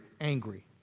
angry